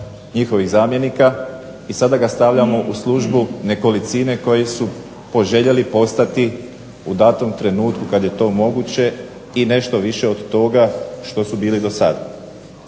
njihovih zamjenika i sada ih stavljamo u službu nekolicine koji su poželjeli postati u datom trenutku kad je to moguće i nešto više od toga što su bili do sad.